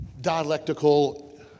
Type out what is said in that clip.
dialectical